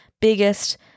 biggest